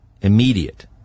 immediate